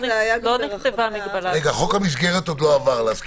להזכירכם חוק המסגרת עוד לא עבר.